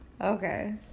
Okay